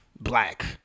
black